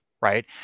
right